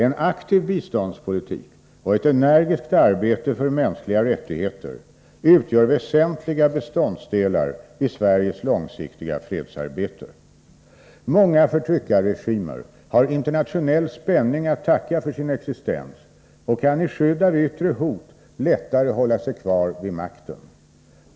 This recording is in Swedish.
En aktiv biståndspolitik och ett energiskt arbete för mänskliga rättigheter utgör väsentliga beståndsdelar i Sveriges långsiktiga fredsarbete. Många förtryckarregimer har internationell spänning att tacka för sin existens och kan i skydd av yttre hot lättare hålla sig kvar vid makten.